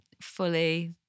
fully